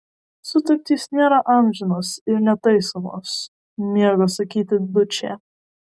sutartys nėra amžinos ir netaisomos mėgo sakyti dučė